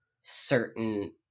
certain